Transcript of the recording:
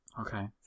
Okay